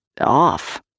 off